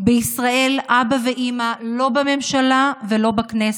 בישראל אבא ואימא, לא בממשלה ולא בכנסת.